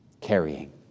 carrying